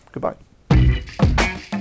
Goodbye